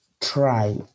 try